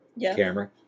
camera